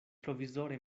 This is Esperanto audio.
provizore